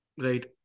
Right